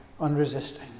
unresisting